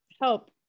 help